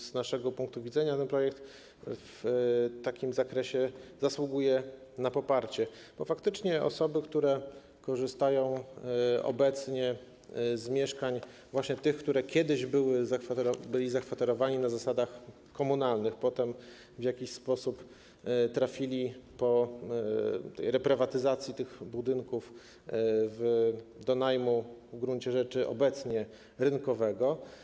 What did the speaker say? Z naszego punktu widzenia ten projekt w takim zakresie zasługuje na poparcie, bo faktycznie osoby, które korzystają obecnie z tych mieszkań, w których kiedyś były zakwaterowane na zasadach komunalnych, potem w jakiś sposób trafiły po reprywatyzacji tych budynków do systemu najmu w gruncie rzeczy obecnie rynkowego.